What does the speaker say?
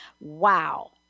Wow